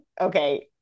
Okay